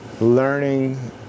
learning